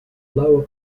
lower